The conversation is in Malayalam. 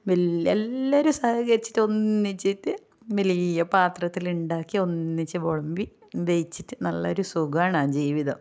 വലിയ എല്ലാവരും സഹകരിച്ചിട്ട് ഒന്നിച്ചിട്ട് വലിയ പാത്രത്തിലുണ്ടാക്കി ഒന്നിച്ച് വിളമ്പി കഴിച്ചിട്ട് നല്ലൊരു സുഖമാണ് ആ ജീവിതം